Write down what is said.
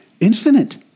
infinite